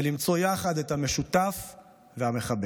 ולמצוא יחד את המשותף והמחבר.